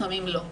לפעמים לא.